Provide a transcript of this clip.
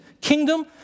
kingdom